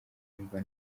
numva